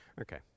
Okay